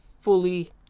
fully